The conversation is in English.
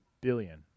billion